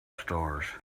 stars